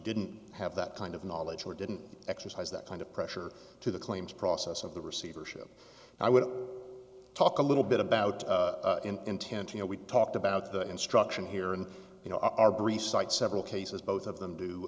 didn't have that kind of knowledge or didn't exercise that kind of pressure to the claims process of the receivership i would talk a little bit about intent you know we talked about the instruction here in our brief sight several cases both of them do